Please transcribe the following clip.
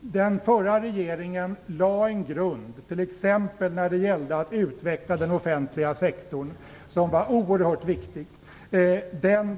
Den förra regeringen lade en grund, t.ex. när det gällde att utveckla den offentliga sektorn, som var oerhört viktig.